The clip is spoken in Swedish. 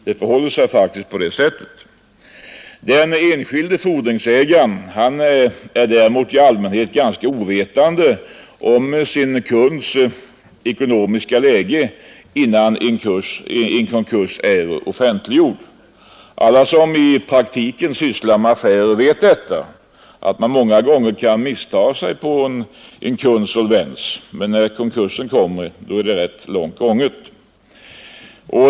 Det förhåller sig faktiskt på det sättet. Den enskilde fordringsägaren är däremot i allmänhet ganska ovetande om sin kunds ekonomiska läge innan en konkurs är offentliggjord. Alla som i praktiken sysslar med affärer vet att man många gånger kan missta sig på en kunds solvens, men när konkursen kommer är det rätt långt gånget.